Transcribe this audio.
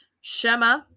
Shema